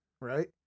Right